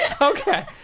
Okay